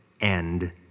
end